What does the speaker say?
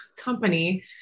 company